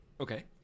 okay